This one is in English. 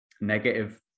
negative